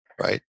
Right